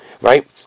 Right